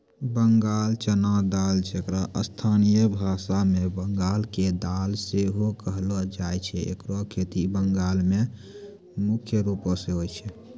बंगाल चना दाल जेकरा स्थानीय भाषा मे बंगाल के दाल सेहो कहलो जाय छै एकरो खेती बंगाल मे मुख्य रूपो से होय छै